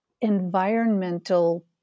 environmental